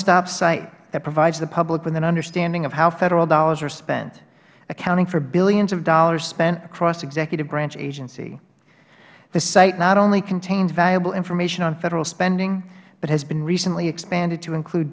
stop site that provides the public with an understanding of how federal dollars are spent accounting for billions of dollars spent across the executive branch agency the site not only contains valuable information on federal spending but has been recently expanded to include